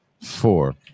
four